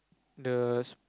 the